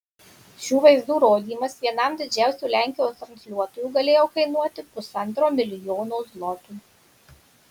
šių vaizdų rodymas vienam didžiausių lenkijos transliuotojų galėjo kainuoti pusantro milijonų zlotų